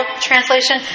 translation